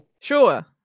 Sure